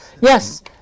Yes